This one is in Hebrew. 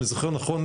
ואם אני זוכר נכון,